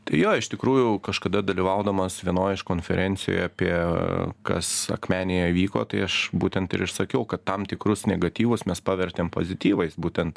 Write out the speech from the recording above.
tai jo iš tikrųjų kažkada dalyvaudamas vienoj iš konferencijoj apie tai kas akmenėje vyko tai aš būtent ir išsakiau kad tam tikrus negatyvus mes pavertėm pozityvais būtent